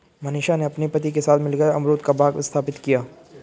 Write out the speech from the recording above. मनीषा ने अपने पति के साथ मिलकर अमरूद का बाग स्थापित किया